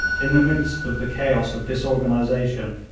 in the midst of the chaos of disorganisation,